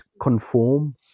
conform